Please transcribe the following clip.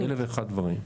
בהגנה, אלף ואחד דברים,